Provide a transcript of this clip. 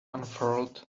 unfurled